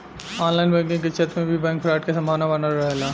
online banking के क्षेत्र में भी बैंक फ्रॉड के संभावना बनल रहेला